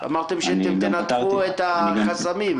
אמרתם שאתם תנתחו את החסמים.